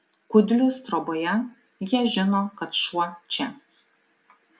kudlius troboje jie žino kad šuo čia